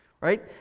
right